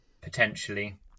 potentially